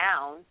down